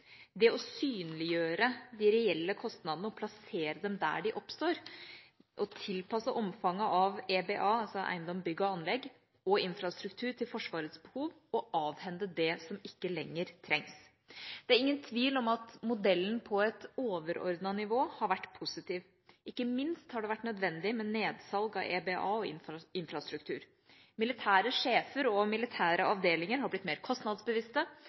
det å synliggjøre de reelle kostnadene og plassere dem der de oppstår, tilpasse omfanget av EBA – eiendom, bygg og anlegg – og infrastruktur til Forsvarets behov og avhende det som ikke lenger trengs. Det er ingen tvil om at modellen på et overordnet nivå har vært positiv. Ikke minst har det vært nødvendig med nedsalg av EBA og infrastruktur. Militære sjefer og militære avdelinger er blitt mer kostnadsbevisste